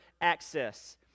access